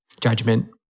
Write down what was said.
judgment